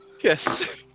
yes